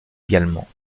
également